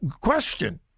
Question